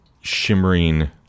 shimmering